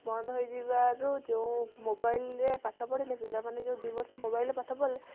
ବନ୍ଦ ହୋଇଯିବାରୁ ଯେଉଁ ମୋବାଇଲରେ ପାଠ ପଢ଼ିଲେ ପିଲାମାନେ ଯେଉଁ ଦୁଇ ବର୍ଷ ମୋବାଇଲରେ ପାଠ ପଢ଼ିଲେ